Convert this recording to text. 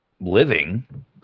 living